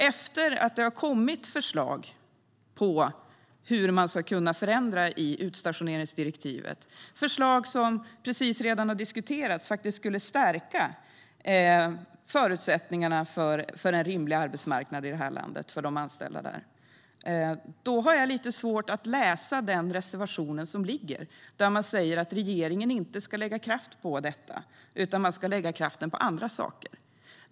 Efter att det har kommit förslag på hur man ska kunna förändra i utstationeringsdirektivet för att stärka förutsättningarna för en rimlig arbetsmarknad för anställda här i landet har jag lite svårt att läsa den reservation som föreligger, där ni säger att regeringen inte ska lägga kraft på detta utan på annat.